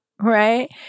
right